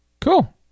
Cool